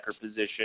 position